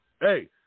hey